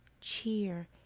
cheer